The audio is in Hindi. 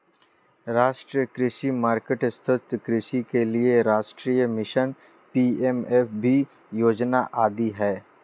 राष्ट्रीय कृषि मार्केट, सतत् कृषि के लिए राष्ट्रीय मिशन, पी.एम.एफ.बी योजना आदि है